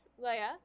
Leia